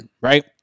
Right